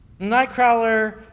Nightcrawler